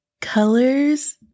colors